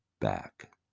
back